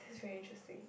this is very interesting